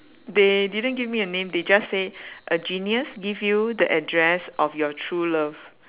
they didn't give me a name they just say a genius give you the address of your true love